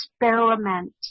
experiment